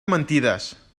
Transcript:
mentides